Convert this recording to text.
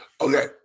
Okay